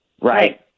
Right